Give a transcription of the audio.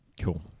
Cool